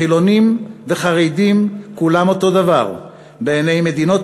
חילונים וחרדים כולם אותו דבר בעיני מדינות